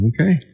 Okay